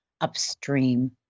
upstream